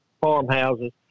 farmhouses